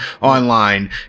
online